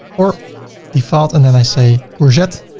or default and then i say courgette.